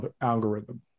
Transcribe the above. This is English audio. algorithm